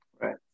Right